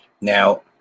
now